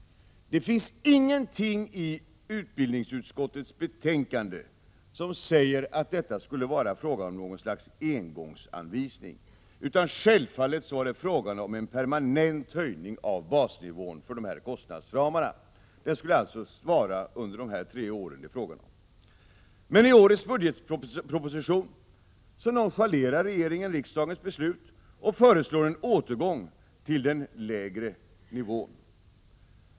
Det finns ingenting i utbildningsutskottets betänkande som säger att det skulle vara fråga om något slags engångsanvisning. Det var självfallet fråga om en permanent höjning av basnivån för dessa kostnadsramar. Det skulle alltså gälla under de tre åren. I årets budgetproposition nonchalerar regeringen riksdagens beslut och föreslår en återgång till den lägre nivån.